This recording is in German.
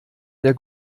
der